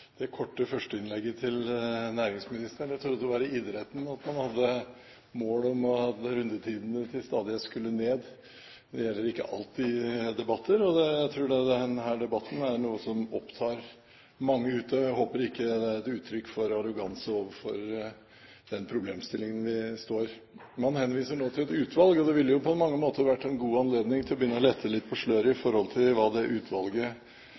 korte førsteinnlegget til næringsministeren. Jeg trodde det var i idretten man hadde mål om at rundetidene til stadighet skulle ned. Det gjelder ikke alltid i debatter, og jeg tror denne debatten er noe som opptar mange ute. Jeg håper ikke det er et uttrykk for arroganse overfor den problemstillingen vi står overfor. Man henviser nå til et utvalg, og dette ville jo på mange måter vært en god anledning til å begynne å lette litt på sløret med hensyn til hva det utvalget skal komme med. Det er